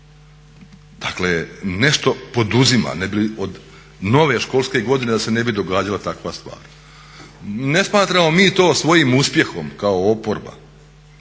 Dakle, nešto poduzima ne bi li od nove školske godine da se ne bi događala takva stvar. Ne smatramo mi to svojim uspjehom kao oporba,